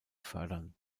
fördern